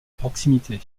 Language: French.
proximité